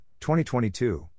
2022